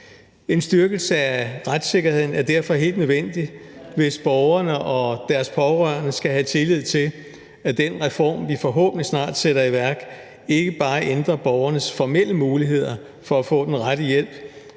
En styrkelse af retssikkerheden er derfor helt nødvendig, hvis borgerne og deres pårørende skal have tillid til, at den reform, som vi forhåbentlig snart sætter i værk, ikke bare ændrer borgernes formelle muligheder for at få den rette hjælp,